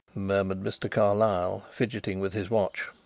murmured mr. carlyle, fidgeting with his watch.